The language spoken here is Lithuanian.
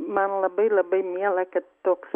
man labai labai miela kad toks